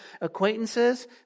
acquaintances